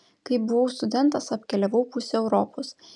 kai buvau studentas apkeliavau pusę europos